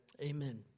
Amen